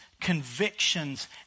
convictions